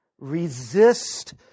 resist